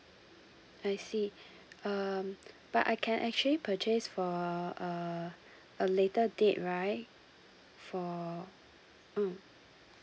I see um but I can actually purchase for uh a later date right for mm